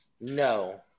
No